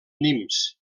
nimes